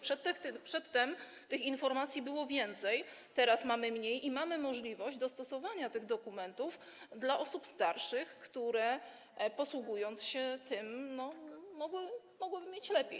Przedtem tych informacji było więcej, teraz mamy mniej i mamy możliwość dostosowania tych dokumentów do potrzeb osób starszych, które posługując się tym, mogłyby mieć lepiej.